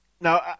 Now